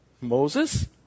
Moses